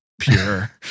pure